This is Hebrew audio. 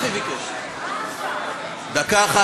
דקה אחת,